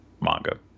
manga